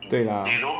对啦